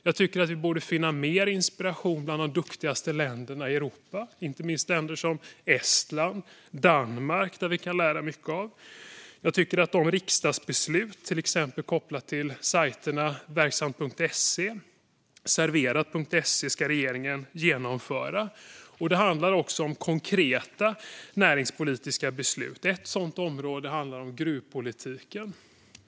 Jag tycker att vi borde finna mer inspiration bland de duktigaste länderna i Europa, inte minst länder som Estland och Danmark, som vi kan lära mycket av. Jag tycker att regeringen ska genomföra de riksdagsbeslut som är kopplade exempelvis till sajten Verksamt.se och till projektet Serverat. Det handlar också om konkreta näringspolitiska beslut. Ett sådant område är gruvpolitiken.